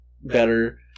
better